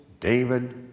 David